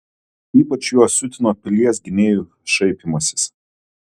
ypač juos siutino pilies gynėjų šaipymasis